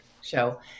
show